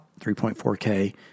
3.4K